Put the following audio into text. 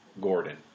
Gordon